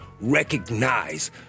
recognize